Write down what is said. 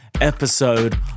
episode